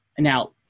Now